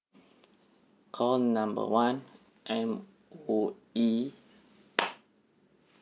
call number one M_O_E